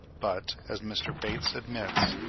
but, as mr. bates admits,